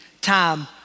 time